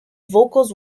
vocals